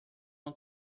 uma